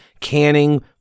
canning